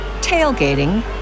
tailgating